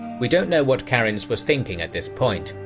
we don't know what karinz was thinking at this point,